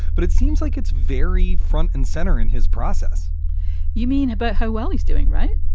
but it seems like it's very front and center in his process you mean about how well he's doing, right?